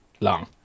Long